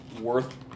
worth